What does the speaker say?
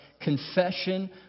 confession